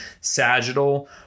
sagittal